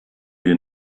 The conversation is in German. wir